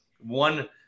one